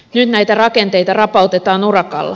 nyt näitä rakenteita rapautetaan urakalla